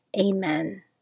Amen